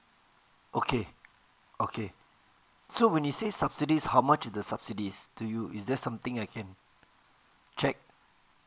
okay okay so when you say subsidies how much the subsidies do you is there something I can check